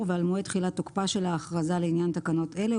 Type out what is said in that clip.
ועל מועד תחילת תוקפה של ההכרזה לעניין תקנות אלה,